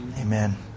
Amen